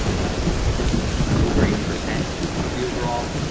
was over eighty percent of the overall,